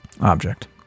object